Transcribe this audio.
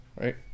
right